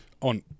On